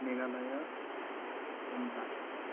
Meghalaya Punjab